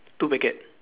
two packet